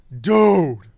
dude